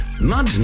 mud